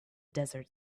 desert